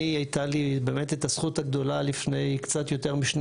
הייתה לי באמת את הזכות הגדולה לפני קצת יותר משני